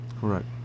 Correct